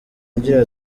agira